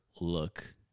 look